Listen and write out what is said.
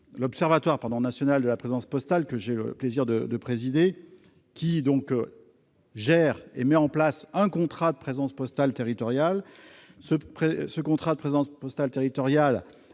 l'Observatoire national de la présence postale, que j'ai le plaisir de présider, met en place un contrat de présence postale territoriale,